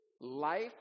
Life